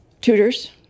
tutors